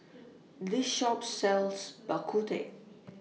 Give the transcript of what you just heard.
This Shop sells Bak Kut Teh